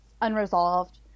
unresolved